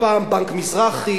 פעם בנק מזרחי,